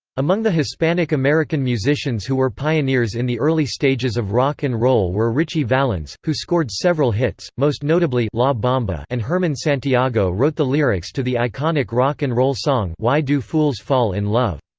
among the hispanic american musicians who were pioneers in the early stages of rock and roll were ritchie valens, who scored several hits, most notably la bamba and herman santiago wrote the lyrics to the iconic rock and roll song why do fools fall in love.